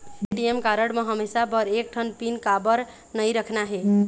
ATM card म हमेशा बर एक ठन पिन काबर नई रखना हे?